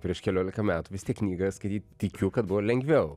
prieš keliolika metų vis tiek knygas skaityt tikiu kad buvo lengviau